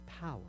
power